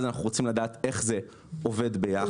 אנחנו רוצים לדעת איך זה עובד יחד.